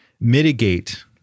mitigate